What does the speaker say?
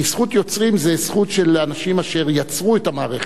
כי זכות יוצרים היא זכות של אנשים אשר יצרו את המערכת.